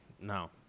No